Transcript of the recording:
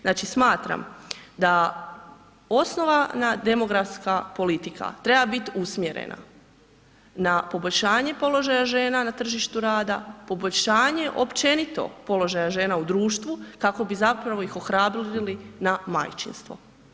Znači smatram da osnovana demografska politika treba biti usmjerena na poboljšanje položaja žena na tržištu rada, poboljšanja općenito položaja žena u društvu kako bi zapravo ih ohrabrili na majčinstvo.